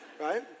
right